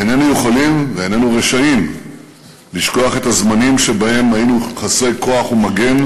איננו יכולים ואיננו רשאים לשכוח את הזמנים שבהם היינו חסרי כוח ומגן,